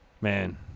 man